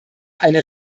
eine